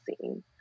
seeing